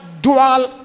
dual